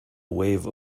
wave